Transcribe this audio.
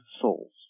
souls